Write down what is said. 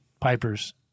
Piper's